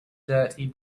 dirty